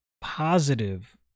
positive